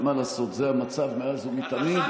מה לעשות, זה המצב מאז ומתמיד.